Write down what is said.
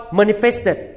manifested